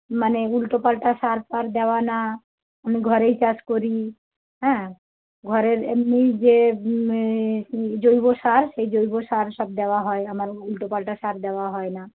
মানে উলটোপালটা সার ফার দেওয়া না আমি ঘরেই চাষ করি হ্যাঁ ঘরের এমনি যে জৈব সার সেই জৈব সার সব দেওয়া হয় আমার উলটোপালটা সার দেওয়া হয় না